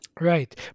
Right